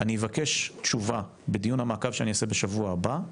אני אבקש תשובה בדיון המעקב שאני אעשה בשבוע הבא,